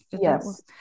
Yes